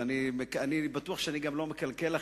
ואני בטוח גם שאני לא מקלקל לכם,